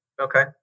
Okay